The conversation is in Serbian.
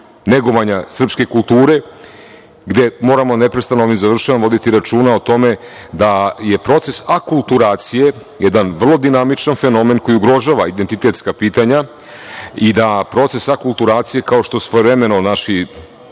negovanja srpske kulture, gde moramo neprestano, i završavam, voditi računa o tome da je proces akulturacije jedan vrlo dinamičan fenomen koji ugrožava identitetska pitanja i da proces akulturacije, kao što svojevremeno naši